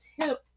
tip